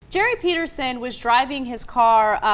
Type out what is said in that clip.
jerry pierce and was driving his car ah.